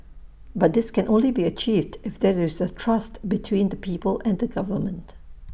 but this can only be achieved if there is trust between the people and the government